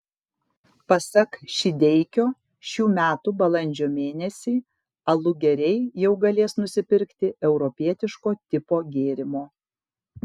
pasak šydeikio šių metų balandžio mėnesį alugeriai jau galės nusipirkti europietiško tipo gėrimo